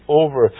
over